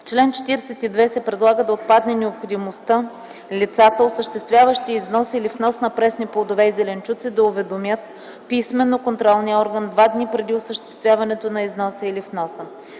чл. 42 се предлага да отпадне необходимостта лицата, осъществяващи износ или внос на пресни плодове и зеленчуци, да уведомят писмено контролния орган два дни преди осъществяването на износа или вноса.